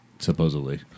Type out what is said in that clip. Supposedly